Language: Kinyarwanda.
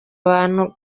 abantu